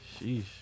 Sheesh